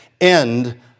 end